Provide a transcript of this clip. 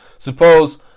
Suppose